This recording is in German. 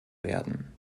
werden